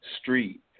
street